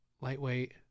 lightweight